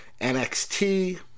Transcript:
NXT